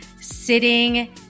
sitting